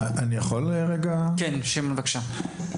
אני יכול רגע --- כן, בבקשה.